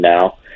now